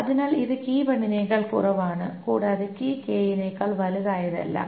അതിനാൽ ഇത് നേക്കാൾ കുറവാണ് കൂടാതെ നേക്കാൾ വലുതായതെല്ലാം